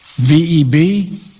VEB